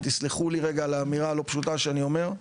ותסלחו לי רגע על האמירה הלא פשוטה שאני אומר,